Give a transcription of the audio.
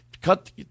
Cut